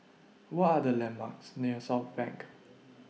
What Are The landmarks near Southbank